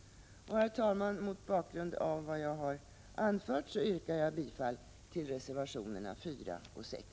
Herr talman! Mot bakgrund av vad jag har anfört yrkar jag bifall till reservationerna 4 och 6.